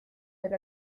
del